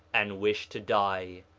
and wish to die.